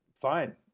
fine